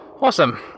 Awesome